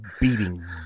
beating